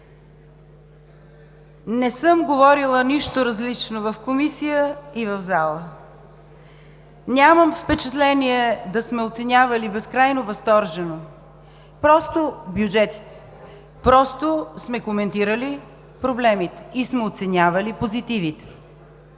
Не съм говорила нищо различно в Комисията и в залата. Нямам впечатление да сме оценявали безкрайно възторжено бюджетите. Просто сме коментирали проблемите и сме оценявали позитивите.